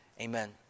Amen